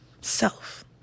self